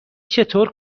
چطور